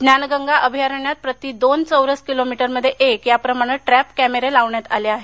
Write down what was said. ज्ञानगंगा अभयारण्यात प्रती दोन चौरस किलोमीटरमध्ये एक या प्रमाणे ट्रॅप कॅमेरे लावण्यात आले आहेत